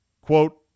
Quote